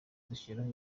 dushyiraho